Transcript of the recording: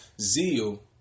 zeal